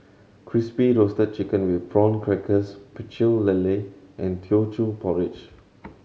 Crispy Roasted Chicken with Prawn Crackers Pecel Lele and Teochew Porridge